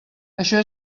això